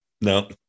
No